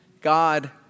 God